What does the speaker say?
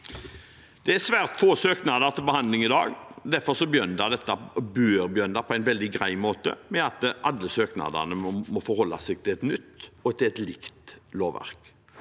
Det er svært få søknader til behandling i dag. Derfor bør dette begynne på en veldig grei måte, med at alle søknadene må forholde seg til et nytt og likt lovverk.